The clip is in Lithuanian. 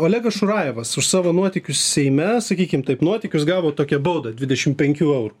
olegas šurajevas už savo nuotykius seime sakykim taip nuotykius gavo tokią baudą dvidešimt penkių eurų